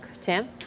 Tim